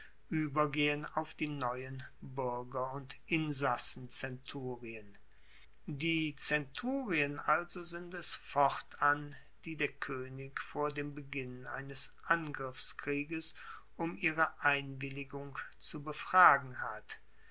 uebergehen auf die neuen buerger und insassenzenturien die zenturien also sind es fortan die der koenig vor dem beginn eines angriffskrieges um ihre einwilligung zu befragen hat